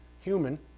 human